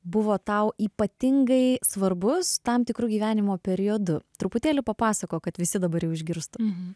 buvo tau ypatingai svarbus tam tikru gyvenimo periodu truputėlį papasakojo kad visi dabar jau išgirstumei